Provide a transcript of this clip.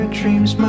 dreams